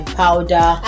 powder